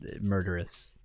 murderous